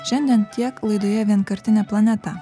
šiandien tiek laidoje vienkartinė planeta